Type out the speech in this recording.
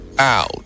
out